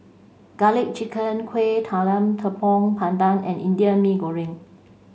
Garlic Chicken Kuih Talam Tepong Pandan and Indian Mee Goreng